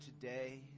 today